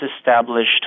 established